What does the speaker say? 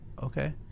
Okay